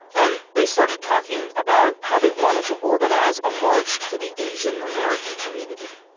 and they started talking about how they wanted to organize a march for the asian american community,